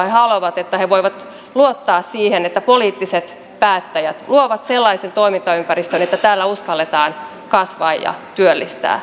he haluavat että he voivat luottaa siihen että poliittiset päättäjät luovat sellaisen toimintaympäristön että täällä uskalletaan kasvaa ja työllistää